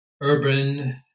urban